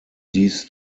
dies